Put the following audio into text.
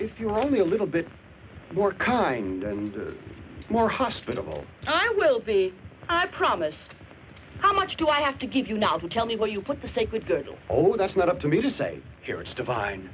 if you're only a little bit more kind and more hospitable i will be i promise how much do i have to give you now to tell me what you put the sacred over that's not up to me to say here it's divine